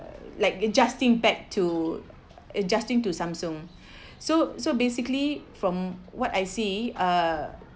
like adjusting back to adjusting to samsung so so basically from what I see uh